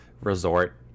resort